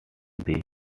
system